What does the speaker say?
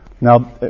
Now